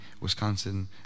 Wisconsin